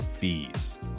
fees